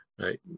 Right